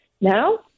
Now